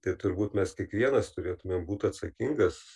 tai turbūt mes kiekvienas turėtumėm būt atsakingas